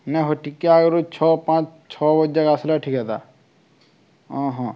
ନାଇଁ ହଉ ଟିକେ ଆଗରୁ ଛଅ ପାଞ୍ଚ ଛଅ ବଜେ ତକ ଆସିଲା ଠିକ୍ ହନ୍ତା